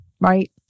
right